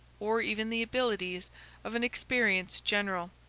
or even the abilities of an experienced general.